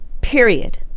Period